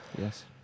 Yes